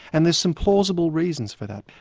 and there's some plausible reasons for that.